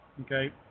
okay